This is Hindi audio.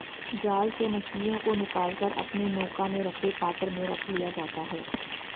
जाल से मछलियों को निकाल कर अपने नौका में रखे पात्र में रख लिया जाता है